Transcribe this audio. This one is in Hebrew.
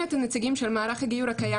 אנחנו באמת נענינו לאתגר הגדול,